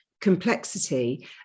complexity